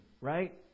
Right